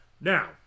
Now